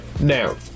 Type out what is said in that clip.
Now